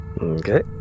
Okay